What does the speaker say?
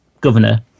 governor